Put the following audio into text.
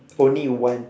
only one